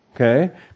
okay